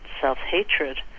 Self-hatred